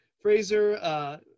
fraser